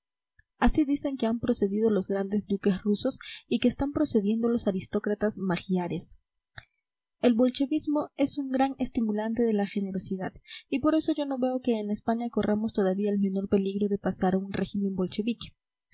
así dicen que han procedido los grandes duques rusos y que están procediendo los aristócratas magiares el bolchevismo es un gran estimulante de la generosidad y por eso yo no veo que en españa corramos todavía el menor peligro de pasar a un régimen bolchevique